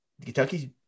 Kentucky